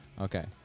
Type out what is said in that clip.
Okay